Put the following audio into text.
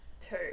two